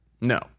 No